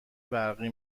برقی